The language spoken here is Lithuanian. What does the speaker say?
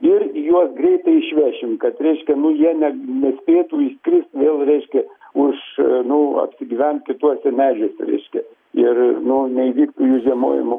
ir juos greitai išvešim kad reiškia nu jie ne nespėtų įskrist vėl reiškia už nu apsigyvent kituose medžiuose reiškia ir nu neįvyktų jų žiemojimo